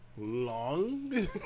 Long